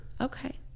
Okay